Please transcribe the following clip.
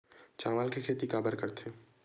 चावल के खेती काबर करथे?